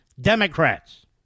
Democrats